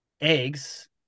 eggs